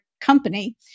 company